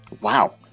Wow